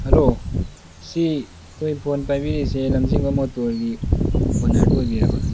hello ꯑꯁꯤ ꯑꯩꯈꯣꯏ phone ꯄꯥꯏꯕꯤꯔꯤꯁꯦ ꯂꯝꯖꯤꯡꯕ ꯃꯣꯇꯣꯔꯒꯤ ꯑꯣꯅꯔꯗꯣ ꯑꯣꯏꯕꯤꯔꯕ꯭ꯔꯥ